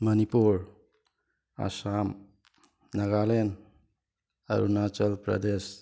Manipur Assam Nagaland Arunachal Pradesh